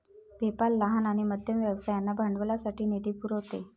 PayPal लहान आणि मध्यम व्यवसायांना भांडवलासाठी निधी पुरवते